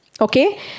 okay